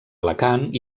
alacant